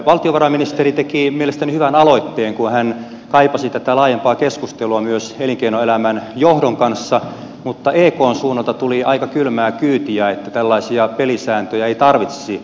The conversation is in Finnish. valtiovarainministeri teki mielestäni hyvän aloitteen kun hän kaipasi tätä laajempaa keskustelua myös elinkeinoelämän johdon kanssa mutta ekn suunnalta tuli aika kylmää kyytiä että tällaisia pelisääntöjä ei tarvittaisi